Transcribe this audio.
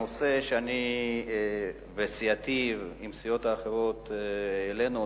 אני חושב שהנושא שאני וסיעתי עם סיעות אחרות העלינו,